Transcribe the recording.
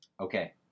Okay